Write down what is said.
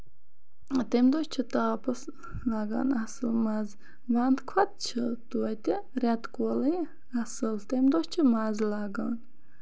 تَمہِ دۄہ چھِ تاپَس لَگان اَصٕل مَزٕ وَندٕ کھۄتہٕ چھُ تویتہِ رٮ۪تہٕ کولٕے اَصٕل تَمہِ دۄہ چھُ مَزٕ لَگان